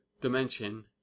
dimension